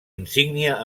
insígnia